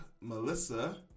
Melissa